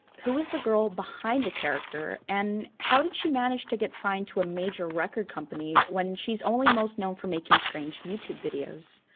who was the girl behind the character and how did she manage to get signed to a major record company when she's only most known for making strange youtube videos?